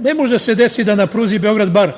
Ne može da se desi da na pruzi Beograd-Bar,